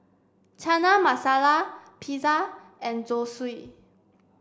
Chana Masala Pizza and Zosui